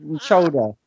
shoulder